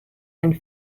and